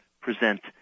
present